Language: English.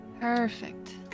Perfect